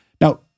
Now